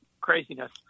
craziness